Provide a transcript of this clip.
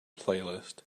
playlist